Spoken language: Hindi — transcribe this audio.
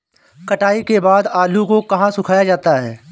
कटाई के बाद आलू को कहाँ सुखाया जाता है?